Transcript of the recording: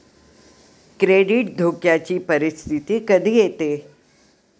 credit धोक्याची परिस्थिती कधी येते